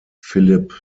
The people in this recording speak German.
philipp